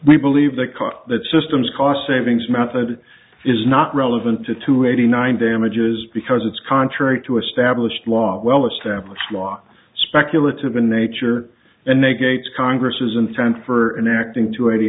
we believe that cause that system's cost savings method is not relevant to two eighty nine damages because it's contrary to established law well established law speculative in nature and they gates congress's intent for enacting two eighty